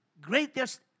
greatest